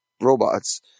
robots